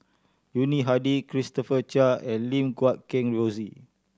Yuni Hadi Christopher Chia and Lim Guat Kheng Rosie